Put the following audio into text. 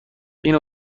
این